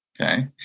Okay